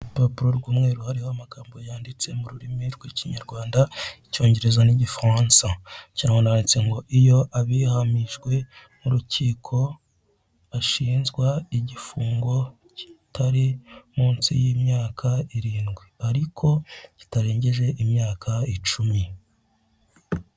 Urupapuro rw'umweru hariho amagambo yanditse mu rurimi rw'ikinyarwanda, icyongereza n'igifaransa. Mu kinyarwanda haranditse ngo iyo abihamijwe n'urukiko, ashinzwa igifungo kitari munsi y'imyaka irindwi ariko kitarengeje imyaka icumi.